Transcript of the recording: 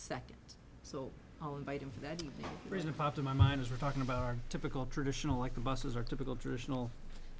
second so i'll invite him for that reason five to my mind is we're talking about our typical traditional like the buses are typical directional